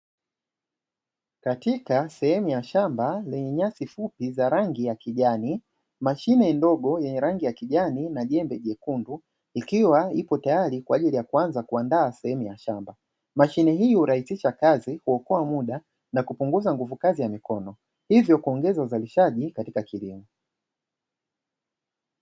Katika sehemu ya shamba lenye nyasi fupi za rangi ya kijani, mashine ndogo yenye rangi ya kijani na jembe jekundu ikiwa ipo tayari kwa ajili ya kuanza kuandaa sehemu ya shamba, mashine hii hurahisisha kazi kuokoa muda na kupunguza nguvu kazi ya mikono, hivyo kuongeza uzalishaji katika kilimo.